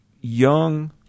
young